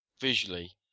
visually